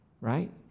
right